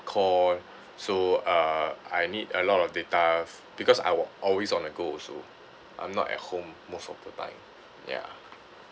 call so uh I need a lot of data because I al~ always on the go also I'm not at home most of the time ya